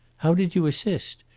how did you assist?